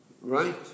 Right